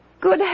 Good